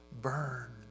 burned